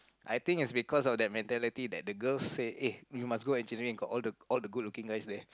I think is because of that mentality that the girls say eh you must go engineering got all the all the good looking guys leh